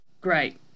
Great